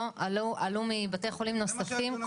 לא, עלו מבתי חולים נוספים.